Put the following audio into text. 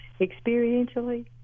experientially